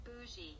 Bougie